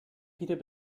peter